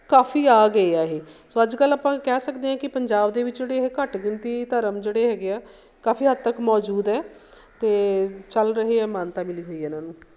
ਕਾਫੀ ਆ ਗਏ ਆ ਇਹ ਸੋ ਅੱਜ ਕੱਲ੍ਹ ਆਪਾਂ ਕਹਿ ਸਕਦੇ ਹਾਂ ਕਿ ਪੰਜਾਬ ਦੇ ਵਿੱਚ ਜਿਹੜੇ ਇਹ ਘੱਟ ਗਿਣਤੀ ਧਰਮ ਜਿਹੜੇ ਹੈਗੇ ਆ ਕਾਫੀ ਹੱਦ ਤੱਕ ਮੌਜੂਦ ਹੈ ਅਤੇ ਚੱਲ ਰਹੇ ਆ ਮਾਨਤਾ ਮਿਲੀ ਹੋਈ ਆ ਇਹਨਾਂ ਨੂੰ